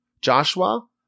Joshua